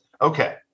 okay